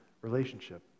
relationship